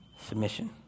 Submission